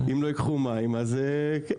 אם לא ייקחו מים אז כן, אולי הירדנים ירצו.